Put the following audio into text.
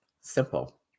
Simple